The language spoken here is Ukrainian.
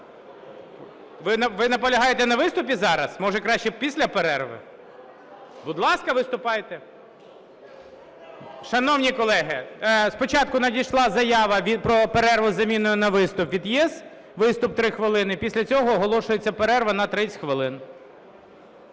Ви наполягаєте на виступі зараз? Може, краще після перерви? Будь ласка, виступайте. Шановні колеги, спочатку надійшла заява про перерву з заміною на виступ від "ЄС", виступ – 3 хвилини. Після цього оголошується перерва на 30 хвилин.